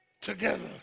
together